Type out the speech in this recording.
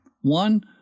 One